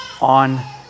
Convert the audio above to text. on